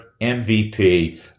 MVP